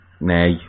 nay